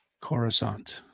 Coruscant